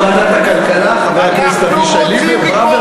יושב-ראש ועדת הכלכלה חבר הכנסת אבישי ברוורמן,